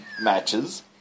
matches